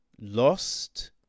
lost